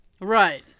Right